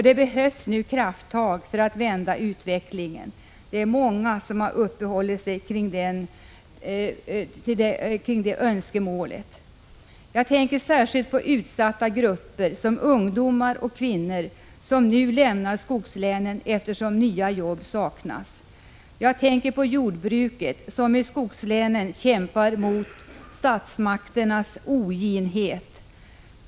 Det behövs nu krafttag för att vända utvecklingen. Det är många som har uppehållit sig kring det önskemålet. Jag tänker särskilt på utsatta grupper som ungdomar och kvinnor, som nu lämnar skogslänen, eftersom nya jobb saknas. Jag tänker på jordbruket, som i skogslänen kämpar mot statsmakternas oginhet.